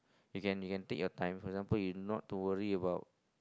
you can you can take your time for example you not to worry about